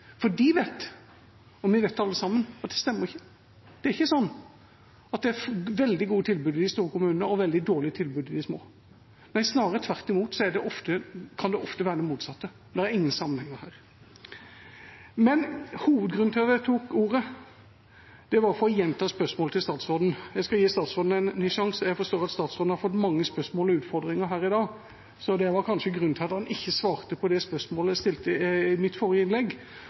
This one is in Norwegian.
for de vet – og vi vet det alle sammen – at dette stemmer ikke. Det er ikke veldig gode tilbud i de store kommunene og veldig dårlig tilbud i de små. Nei, snarere tvert imot: Det kan ofte være motsatt. Det er ingen sammenhenger her. Hovedgrunnen til at jeg tok ordet, var at jeg ville gjenta spørsmålet til statsråden. Jeg skal gi statsråden en ny sjanse. Jeg forstår at statsråden har fått mange spørsmål og utfordringer her i dag, og det var kanskje grunnen til at han ikke svarte på det spørsmålet jeg stilte i mitt forrige innlegg,